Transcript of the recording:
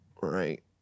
right